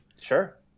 Sure